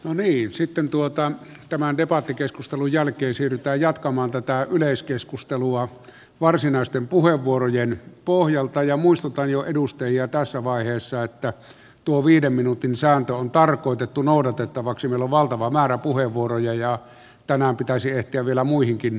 anaheim sitten tuottanut tämän de vaati keskustelu jälkeisiltä jatkamaan tätä yleiskeskustelua varsinaisten puheenvuorojen pohjalta ja muistuttaa jo edustajia tässä vaiheessa että tuo viiden minuutin sääntö on tarkoitettu noudatettavaksi vielä valtava määrä puheenvuoroja ja tämän pitäisi ehtiä vielä muihinkin